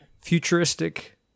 futuristic